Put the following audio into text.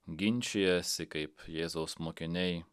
ginčijasi kaip jėzaus mokiniai